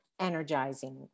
energizing